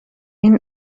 این